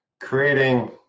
creating